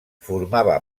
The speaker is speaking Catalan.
formava